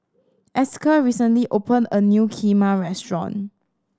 Esker recently opened a new Kheema restaurant